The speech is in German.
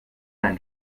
ein